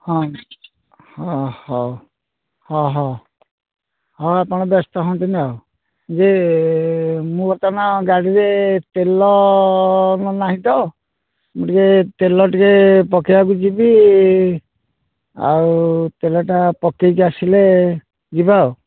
ହଁ ହଁ ହଉ ହଁ ହଁ ହଁ ଆପଣ ବ୍ୟସ୍ତ ହୁଅନ୍ତୁନି ଆଉ ଯେ ମୁଁ ବର୍ତ୍ତମାନ ଗାଡ଼ିରେ ତେଲ ମୋର ନାହିଁ ତ ମୁଁ ଟିକିଏ ତେଲ ଟିକିଏ ପକାଇବାକୁ ଯିବି ଆଉ ତେଲଟା ପକାଇକି ଆସିଲେ ଯିବା ଆଉ